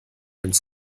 ins